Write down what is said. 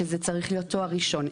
שזה צריך להיות תואר ראשון.